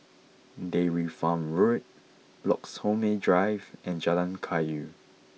Dairy Farm Road Bloxhome Drive and Jalan Kayu